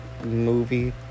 movie